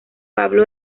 pablo